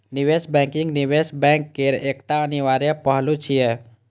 निवेश बैंकिंग निवेश बैंक केर एकटा अनिवार्य पहलू छियै